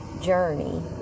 journey